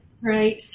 Right